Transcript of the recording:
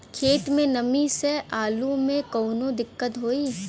खेत मे नमी स आलू मे कऊनो दिक्कत होई?